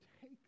take